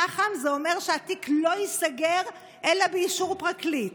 צח"מ זה אומר שהתיק לא ייסגר אלא באישור פרקליט.